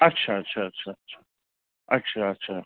अच्छा अच्छा अच्छा अच्छा अच्छा अच्छा